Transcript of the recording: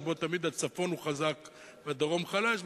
שבו תמיד הצפון הוא חזק והדרום חלש.